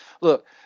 look